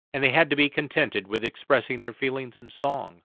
and they had to be contented with expressing their feelings in song.